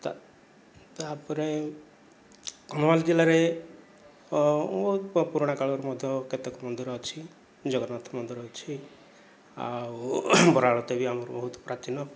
ତା ତାପରେ କନ୍ଧମାଳ ଜିଲ୍ଲାରେ ବହୁତ ପୁରୁଣା କାଳରୁ ମଧ୍ୟ କେତେକ ମନ୍ଦିର ଅଛି ଜଗନ୍ନାଥ ମନ୍ଦିର ଅଛି ଆଉ ବରାଳଦେବୀ ଆମର ବହୁତ ପ୍ରାଚୀନ